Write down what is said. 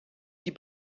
die